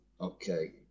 Okay